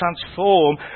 transform